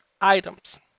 items